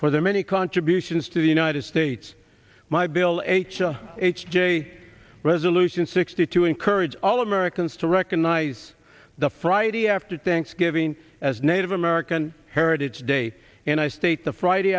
for their many contributions to the united states my bill h a h j resolution sixty two encourage all americans to recognize the friday after thanksgiving as native american heritage day and i state the friday